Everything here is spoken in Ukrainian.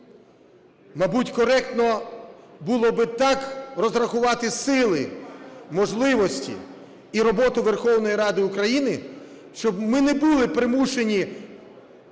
Мабуть, коректно було би так розрахувати сили, можливості і роботу Верховної Ради України, щоб ми не були примушені